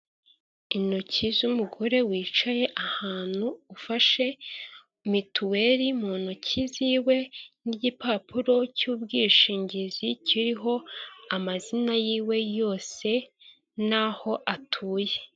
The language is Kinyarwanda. Intoki z'umugore wicaye ahantu ufashe mituweri mu ntoki ziwe n'igipapuro cy'ubwishingizi kiriho amazina yiwe yose n'aho atuye.